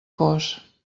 cos